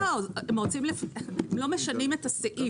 הם לא משנים את הסעיף,